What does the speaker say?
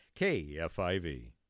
kfiv